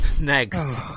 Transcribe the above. next